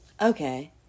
okay